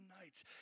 nights